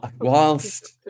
Whilst